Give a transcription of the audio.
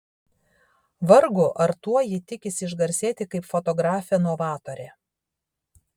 vargu ar tuo ji tikisi išgarsėti kaip fotografė novatorė